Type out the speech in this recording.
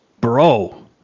bro